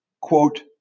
quote